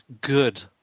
good